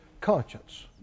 conscience